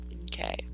Okay